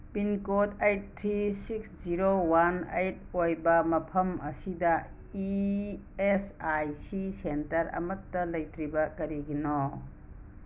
pincode eight three six zero one eight ꯑꯣꯏꯕ ꯃꯐꯝ ꯑꯁꯤꯗ E S I C centre ꯑꯃꯠꯇ ꯂꯩꯇ꯭ꯔꯤꯕ ꯀꯔꯤꯒꯤꯅꯣ